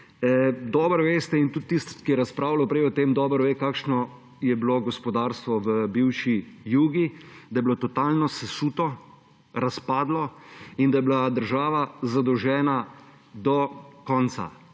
Dobro veste, in tudi tisti, ki je razpravljal prej o tem, dobro ve, kakšno je bilo gospodarstvo v bivši Jugi, da je bilo totalno sesuto, razpadlo in da je bila država zadolžena do konca.